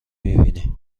میبینی